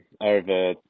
over